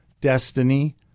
destiny